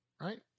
Right